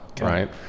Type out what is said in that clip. right